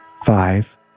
Five